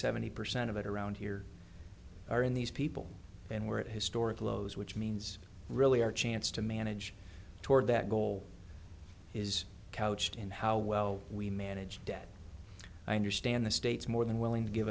seventy percent of it around here are in these people and we're at historic lows which means really our chance to manage toward that goal is couched in how well we manage debt i understand the states more than willing to give